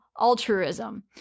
altruism